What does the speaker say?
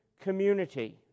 community